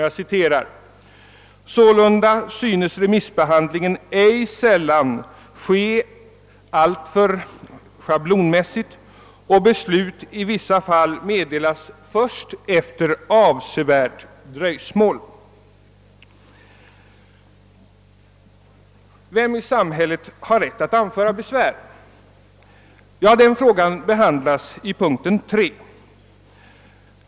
Det heter: »Sålunda synes remissbehandlingen ej sällan ske alltför schablonmässigt och beslut i vissa fall meddelas först efter avsevärt dröjsmål.» Vem i samhället har rätt att anföra besvär? Ja, den frågan behandlas under punkten 3.